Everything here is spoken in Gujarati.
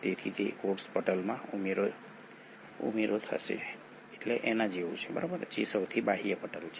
તેથી તે કોષ પટલમાં ઉમેરો જેવું છે જે સૌથી બાહ્ય પટલ છે